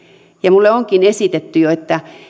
minulle onkin esitetty jo että